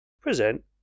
present